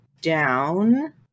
down